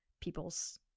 people's